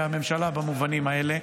גם מילה של ביקורת כלפי הממשלה במובנים האלה: